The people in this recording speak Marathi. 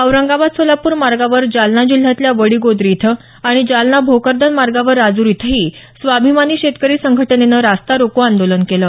औरंगाबाद सोलापूर मार्गावर जालना जिल्ह्यातल्या वडीगोद्री इथं आणि जालना भोकरदन मार्गावर राजूर इथं स्वाभिमानी शेतकरी संघटनेनं रास्ता रोको आंदोलन केलं